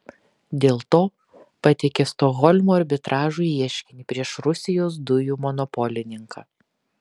dėl to pateikė stokholmo arbitražui ieškinį prieš rusijos dujų monopolininką